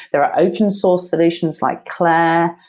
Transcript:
there are open source solutions like clair.